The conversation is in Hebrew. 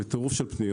אני בטירוף של פניות.